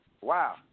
wow